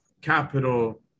capital